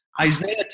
Isaiah